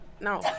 No